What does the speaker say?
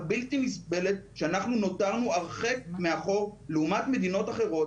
אנחנו נותרנו הרחק מאחור לעומת מדינות אחרות